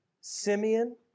Simeon